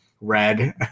red